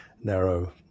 narrow